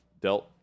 dealt